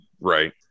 right